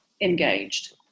engaged